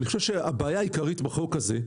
אני חושב שהבעיה העיקרית בחוק הזה,